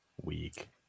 Week